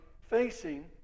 facing